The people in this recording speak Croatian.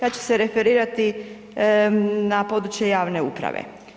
Ja ću se referirati na područje javne uprave.